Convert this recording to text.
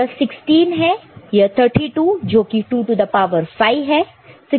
यह 16 है यह 32 जोकि 2 टू द पावर 5 है